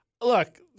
Look